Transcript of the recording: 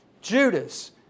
Judas